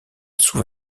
sous